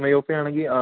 ആരാ ആരാ